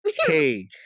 hey